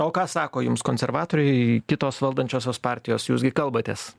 o ką sako jums konservatoriai kitos valdančiosios partijos jūs gi kalbatės